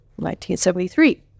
1973